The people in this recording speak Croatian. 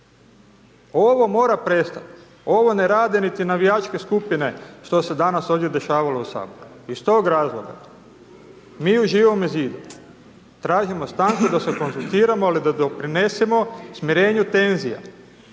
Ovo mora prestati ovo ne rade niti navijačke skupine, što se danas ovdje dešavalo u Saboru. Iz tog razloga, mi u Živome zidu, tražimo stanku da se konzultiramo, ali da doprinesemo smirenju tenzija.